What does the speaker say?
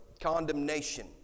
condemnation